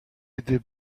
gdy